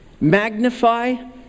magnify